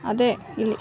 ಅದೇ ಇಲ್ಲಿ